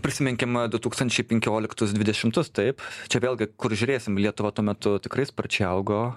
prisiminkim du tūkstančiai penkioliktus dvidešimtus taip čia vėlgi kur žiūrėsim lietuva tuo metu tikrai sparčiai augo